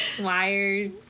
wired